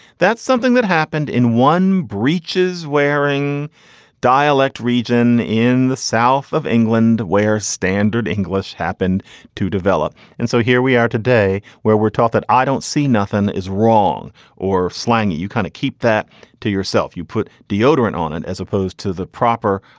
that's something that happened in one breaches wearing dialect region in the south of england where standard english happened to develop. and so here we are today where we're taught that i don't see nothing is wrong or slang. you kind of keep that to yourself. you put deodorant on it as opposed to the proper.